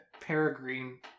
peregrine